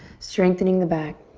strengthening the back